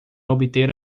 obter